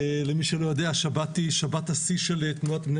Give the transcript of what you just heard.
מי שלא יודע השבת היא שבת השיא של תנועת בני